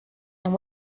and